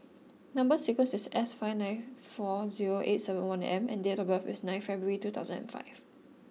number sequence is S nine five four zero eight seven M and date of birth is nine February two thousand and five